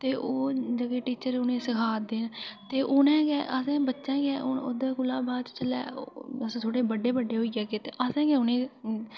ते ओह् जेह्के टीचर उ'नें गी सखा करदे ते उ'नें गै असें बच्चें गै हून ओह्दे कोला बाद च जिसलै अस थोह्ड़े बड्डे बड्डे होई जाह्गे ते अस गै उ'नें गी